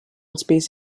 space